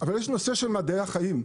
אבל יש נושא של מדעי החיים.